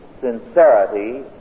sincerity